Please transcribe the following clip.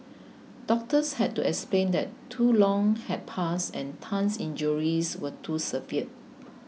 doctors had to explain that too long had passed and Tan's injuries were too severe